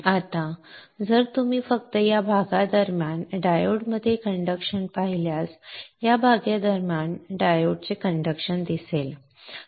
आता जर आपण फक्त या भागादरम्यान डायोडमध्ये कंडक्शन पाहिल्यास या भागादरम्यान डायोडचे कंडक्शन दिसते